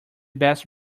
best